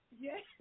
Yes